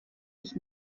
ich